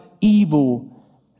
evil